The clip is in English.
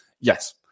Yes